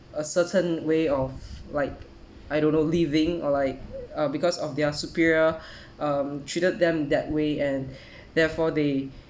a certain way of like I don't know living or like uh because of their superior um treated them that way and therefore they